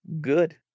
Good